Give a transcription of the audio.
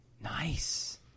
Nice